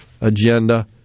agenda